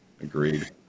Agreed